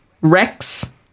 rex